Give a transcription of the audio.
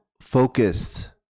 focused